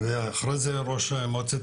לאחר מכן ראש מועצת